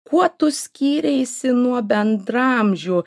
kuo tu skyreisi nuo bendraamžių